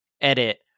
edit